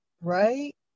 right